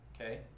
okay